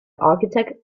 architect